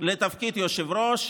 לתפקיד יושב-ראש